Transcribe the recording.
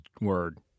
word